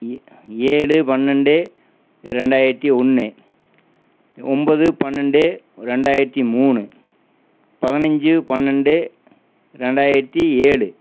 ஏ ஏழு பன்னெண்டு இரண்டாயிரத்து ஒன்று ஒம்பது பன்னெண்டு இரண்டாயிரத்து மூணு பதினைஞ்சி பன்னெண்டு இரண்டாயிரத்து ஏழு